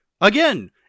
Again